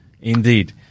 Indeed